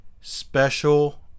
special